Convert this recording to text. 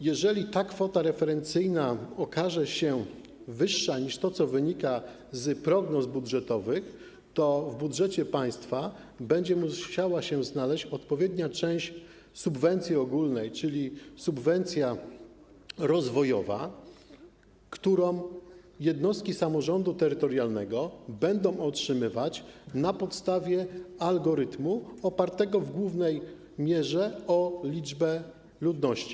Jeżeli ta kwota referencyjna okaże się wyższa niż to, co wynika z prognoz budżetowych, to w budżecie państwa będzie musiała się znaleźć odpowiednia część subwencji ogólnej, czyli subwencja rozwojowa, którą jednostki samorządu terytorialnego będą otrzymywać na podstawie algorytmu opartego w głównej mierze o liczbę ludności.